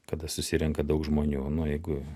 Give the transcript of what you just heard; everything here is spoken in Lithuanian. kada susirenka daug žmonių nu jeigu